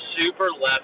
super-left